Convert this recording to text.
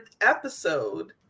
episode